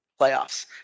playoffs